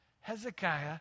Hezekiah